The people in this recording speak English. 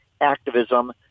activism